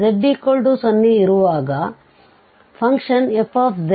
z0 ಇರುವಾಗ function fzz1z4 2z3